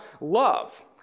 love